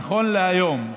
נכון להיום,